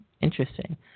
Interesting